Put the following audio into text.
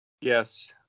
Yes